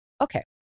okay